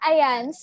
Ayan